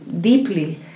deeply